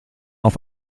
auf